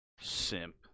Simp